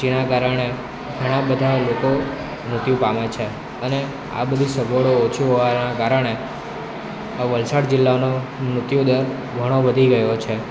જેનાં કારણે ઘણાં બધા લોકો મૃત્યુ પામે છે અને આ બધી સગવડો ઓછી હોવાના કારણે આ વલસાડ જીલ્લાનો મૃત્યુ દર ઘણો વધી ગયો છે